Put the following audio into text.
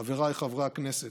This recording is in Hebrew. חבריי חברי הכנסת,